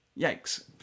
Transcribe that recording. yikes